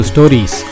Stories